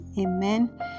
Amen